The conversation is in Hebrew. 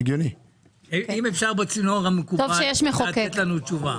אם אפשר, בצינור המקובל, לתת לנו תשובה.